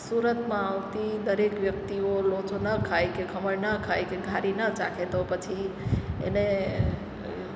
સુરતમાં આવતી દરેક વ્યક્તિઓ લોચો ન ખાય કે ખમણ ના ખાય કે ઘારી ન ચાખે તો પછી એને